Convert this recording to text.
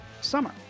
summer